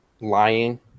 lying